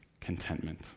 contentment